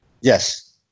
Yes